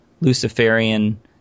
Luciferian